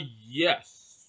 yes